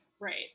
right